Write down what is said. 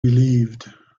relieved